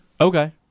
Okay